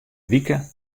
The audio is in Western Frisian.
wike